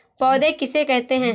पौध किसे कहते हैं?